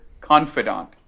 confidant